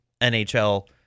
NHL